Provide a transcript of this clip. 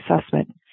assessment